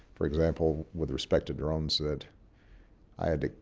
for example, with respect to drones, that i had to